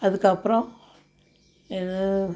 அதுக்கப்புறோம்